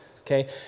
okay